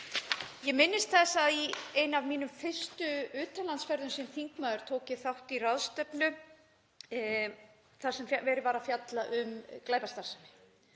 Ég minnist þess að í einni af mínum fyrstu utanlandsferðum sem þingmaður tók ég þátt í ráðstefnu þar sem verið var að fjalla um glæpastarfsemi.